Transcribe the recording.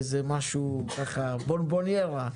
אמיר, איזה משהו כזה בונבוניירה.